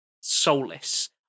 soulless